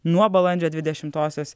nuo balandžio dvidešimtosios